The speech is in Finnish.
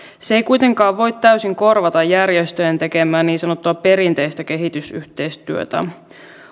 se ei kuitenkaan voi täysin korvata järjestöjen tekemää niin sanottua perinteistä kehitysyhteistyötä